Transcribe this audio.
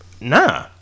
nah